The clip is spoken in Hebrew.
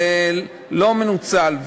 זה לא מנוצל,